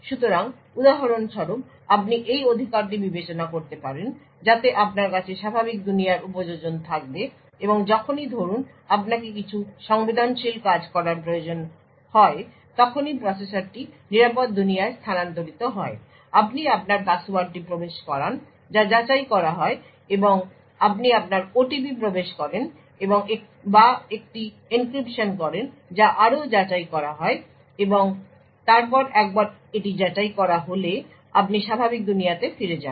সুতরাং উদাহরণস্বরূপ আপনি এই অধিকারটি বিবেচনা করতে পারেন যাতে আপনার কাছে স্বাভাবিক দুনিয়ার উপযোজন থাকবে এবং যখনই ধরুন আপনাকে কিছু সংবেদনশীল কাজ করার প্রয়োজন হযে তখনই প্রসেসরটি নিরাপদ দুনিয়ায় স্থানান্তরিত হয় আপনি আপনার পাসওয়ার্ডটি প্রবেশ করেন যা যাচাই করা হয় বা আপনি আপনার OTP প্রবেশ করেন বা একটি এনক্রিপশন করেন যা আরও যাচাই করা হয় এবং তারপর একবার এটি যাচাই করা হলে আপনি স্বাভাবিক দুনিয়াতে ফিরে যান